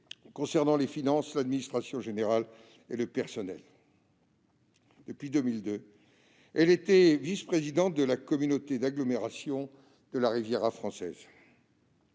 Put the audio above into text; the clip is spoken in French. concernant les finances, l'administration générale et le personnel. Depuis 2002, elle était également devenue vice-présidente de la communauté d'agglomération de la Riviera française.